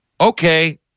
Okay